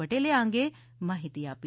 પટેલે આ અંગે માહિતી આપી